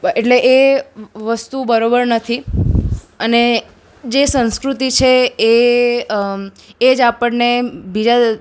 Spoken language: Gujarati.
એટલે એ વસ્તુ બરાબર નથી અને જે સંસ્કૃતિ છે એ એ જ આપણને